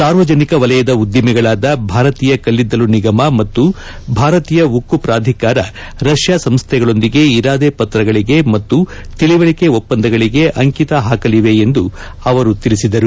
ಸಾರ್ವಜನಿಕ ವಲಯದ ಉದ್ದಿಮೆಗಳಾದ ಭಾರತೀಯ ಕಲ್ಲಿದ್ದಲು ನಿಗಮ ಮತ್ತು ಭಾರತೀಯ ಉಕ್ಕು ಪ್ರಾಧಿಕಾರ ರಷ್ಯಾ ಸಂಸ್ಥೆಗಳೊಂದಿಗೆ ಇರಾದೆ ಪತ್ರಗಳಿಗೆ ಮತ್ತು ತಿಳಿವಳಿಕೆ ಒಪ್ಸಂದಗಳಿಗೆ ಅಂಕಿತ ಹಾಕಲಿವೆ ಎಂದು ತಿಳಿಸಿದರು